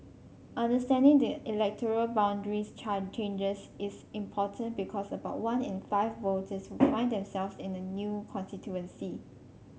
understanding the electoral boundaries changes is important because about one in five voters will find themselves in a new constituency